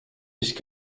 ich